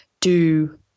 do-